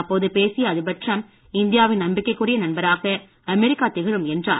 அப்போது பேசிய அதிபர் ட்ரம்ப் இந்தியாவின் நம்பிக்கைக்குரிய நண்பராக அமெரிக்கா திகழும் என்றார்